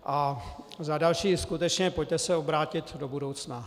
A za další, skutečně, pojďte se obrátit do budoucna.